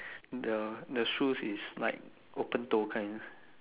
the the shoes is like open toe kind